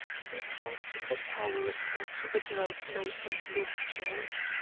he pressed the towel across the girl's mouth and nostrils.